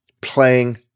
playing